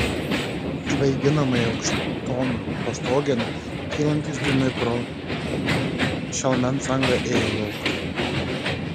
svaiginamai aukšton pastogėn kylantys dūmai pro šelmens angą ėjo lauk